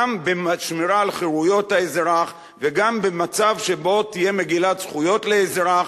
גם בשמירה על חירויות האזרח וגם במצב שבו תהיה מגילת זכויות לאזרח.